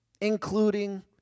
Including